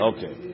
Okay